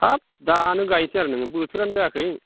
हाब दानो गायनोसै आरो नोङो बोथोरानो जायाखै